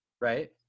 Right